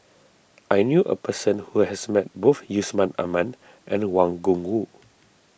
I knew a person who has met both Yusman Aman and Wang Gungwu